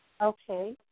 Okay